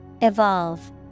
Evolve